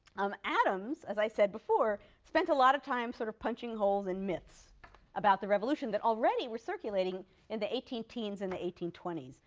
um adams, as i said before, spent a lot of time sort of punching holes in myths about the revolution, that already were circulating in the eighteen teens and the eighteen twenty s.